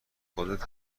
خودت